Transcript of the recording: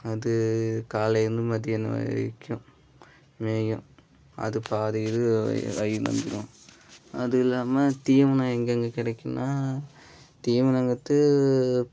அது காலையிலேருந்து மத்தியானம் வரைக்கும் மேயும் அது பாதி இது வயி வயிறு ரொம்பிடும் அது இல்லாமல் தீவனம் எங்கெங்கே கிடைக்குன்னா தீவனங்கிறது